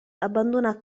abbandona